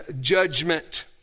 judgment